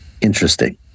interesting